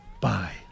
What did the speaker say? Bye